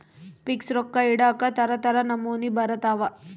fix ರೊಕ್ಕ ಇಡಾಕ ತರ ತರ ನಮೂನಿ ಬರತವ